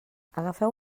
agafeu